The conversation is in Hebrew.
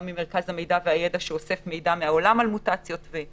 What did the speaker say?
גם ממרכז המידע והידע שאוסף מידע על מוטציות מהעולם.